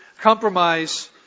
compromise